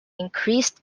increased